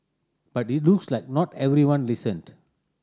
but it looks like not everyone listened